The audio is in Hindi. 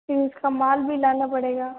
फिर इसका माल भी लाना पड़ेगा